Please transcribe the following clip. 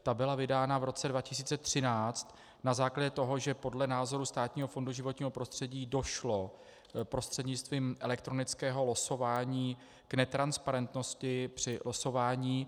Ta byla vydána v roce 2013 na základě toho, že podle názoru Státního fondu životního prostředí došlo prostřednictvím elektronického losování k netransparentnosti při losování.